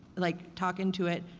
like talking to it,